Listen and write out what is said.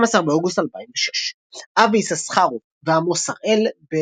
12 באוגוסט 2006 אבי יששכרוף ועמוס הראל,